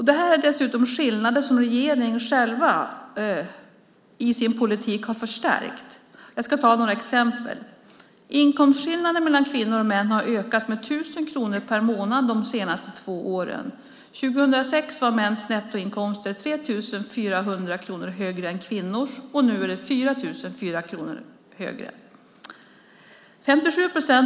Det är dessutom skillnader som regeringen själv i sin politik har förstärkt. Jag ska ta några exempel. Inkomstskillnaden mellan kvinnor och män har ökat med 1 000 kronor per månad de senaste två åren. År 2006 var mäns nettoinkomst 3 400 kronor högre än kvinnors, och nu är den 4 400 kronor högre.